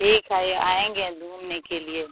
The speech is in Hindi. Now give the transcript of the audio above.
ठीक है आएँगे घूमने के लिए